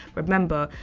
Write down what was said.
remember,